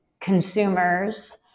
consumers